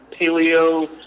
paleo